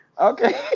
Okay